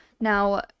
now